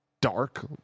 dark